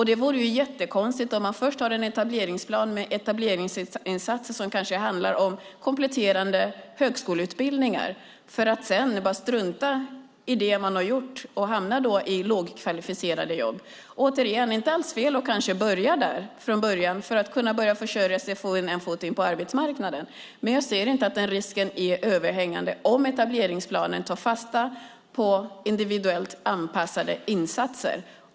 Det vore jättekonstigt om man först har en etableringsplan med etableringsinsatser som kanske handlar om kompletterande högskoleutbildningar för att sedan bara strunta i det man har gjort och hamna i lågkvalificerade jobb. Återigen: Det är inte alls fel att kanske börja där för att kunna börja försörja sig och få in en fot på arbetsmarknaden, men jag ser inte att den risken är överhängande om etableringsplanen tar fasta på individuellt anpassade insatser.